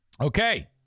Okay